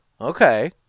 Okay